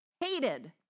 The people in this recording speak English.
Hated